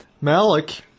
Malik